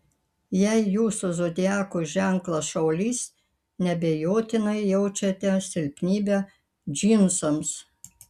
jei jūsų zodiako ženklas šaulys neabejotinai jaučiate silpnybę džinsams